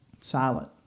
silent